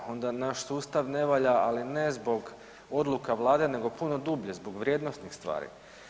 Onda naš sustav ne valja, ali ne zbog odluka Vlade nego puno dublje, zbog vrijednosnih stvari.